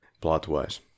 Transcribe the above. plot-wise